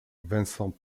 vincent